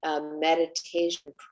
meditation